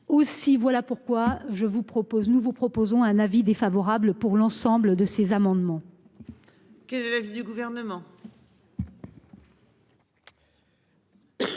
je vous propose, nous vous proposons un avis défavorable pour l'ensemble de ces amendements. Qui de l'avis du gouvernement.